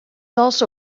also